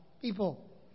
People